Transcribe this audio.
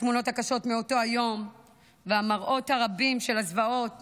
התמונות הקשות מאותו היום והמראות הרבים של הזוועות,